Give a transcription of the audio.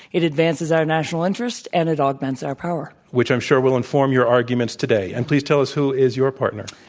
it advances our national interest and it augments our power. which i'm sure will inform your arguments today. and please tell us who is your partner.